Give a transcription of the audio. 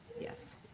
yes